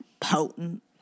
potent